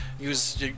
use